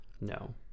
No